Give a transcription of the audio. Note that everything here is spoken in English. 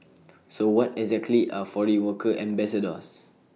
so what exactly are foreign worker ambassadors